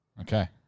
Okay